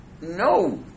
no